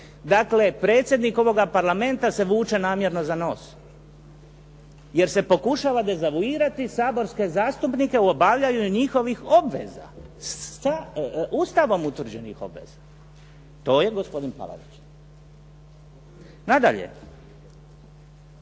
Dakle, predsjednik ovoga Parlamenta se vuče namjerno za nos, jer se pokušava dezavuirati saborske zastupnike u obavljanju njihovih obveza, Ustavom utvrđenih obveza. To je gospodin Palarić. Nadalje,